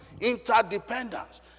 interdependence